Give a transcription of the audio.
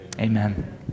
amen